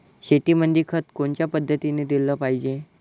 शेतीमंदी खत कोनच्या पद्धतीने देलं पाहिजे?